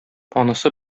анысы